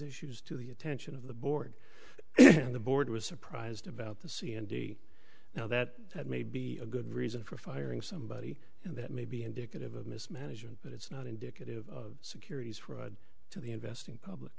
issues to the attention of the board and the board was surprised about the c n d now that that may be a good reason for firing somebody and that may be indicative of mismanagement but it's not indicative of securities fraud to the investing public